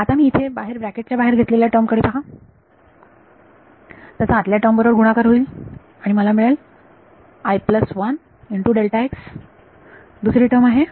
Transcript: आता मी इथे बाहेर ब्रॅकेट च्या बाहेर घेतलेल्या टर्म कडे पहा त्याचा आतल्या टर्म बरोबर गुणाकार होईल मला मिळेल दुसरी टर्म आहे